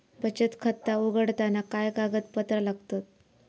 बचत खाता उघडताना काय कागदपत्रा लागतत?